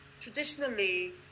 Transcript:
traditionally